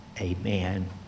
amen